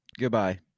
Goodbye